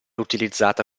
utilizzata